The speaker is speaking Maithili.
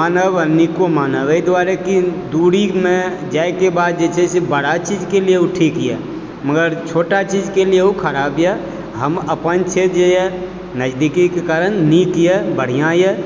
मानब आओर नीको मानब अय दुआरे की दूरीमे जाइके बाद जे छै से बड़ा चीज़के लिए उ ठीक यऽ मगर छोटा चीजके लिए उ खराब यऽ हम अपन क्षेत्र जे नजदीकीके कारण नीक यऽ बढ़िआँ यऽ